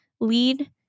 lead